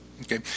okay